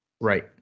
Right